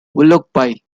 willoughby